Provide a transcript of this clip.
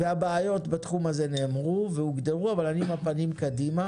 והבעיות בתחום הזה נאמרו והוגדרו אבל אני עם הפנים קדימה